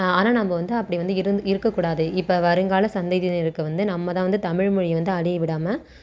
ஆனால் நம்ப வந்து அப்படி வந்து இருந் இருக்கக்கூடாது இப்போ வருங்கால சந்ததியினருக்கு வந்து நம்மதான் வந்து தமிழ்மொழியை வந்து அழிய விடாமல்